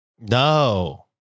No